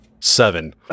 Seven